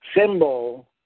symbol